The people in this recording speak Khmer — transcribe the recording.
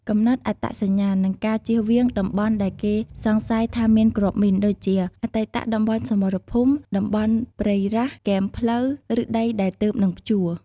កំណត់អត្តសញ្ញាណ និងការចៀសវាងតំបន់ដែលគេសង្ស័យថាមានគ្រាប់មីន ដូចជាអតីតតំបន់សមរភូមិ តំបន់ព្រៃរ៉ាស់ គែមផ្លូវ ឬដីដែលទើបនឹងភ្ជួរ។